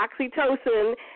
oxytocin